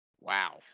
Wow